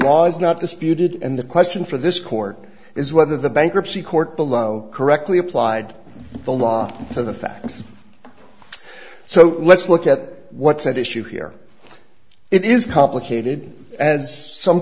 is not disputed and the question for this court is whether the bankruptcy court below correctly applied the law to the facts so let's look at what's at issue here it is complicated as some